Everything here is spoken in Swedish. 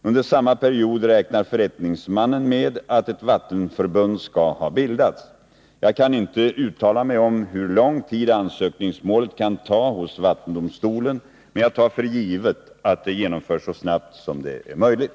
Under samma period räknar förrättningsmannen med att ett vattenförbund skall ha bildats. Jag kan inte uttala mig om hur lång tid ansökningsmålet kan ta hos vattendomstolen, men jag tar för givet att det genomförs så snabbt som det är möjligt.